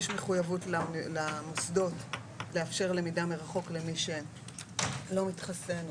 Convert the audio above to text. יש מחוייבות למוסדות לאפשר למידה מרחוק למי שלא מתחסן,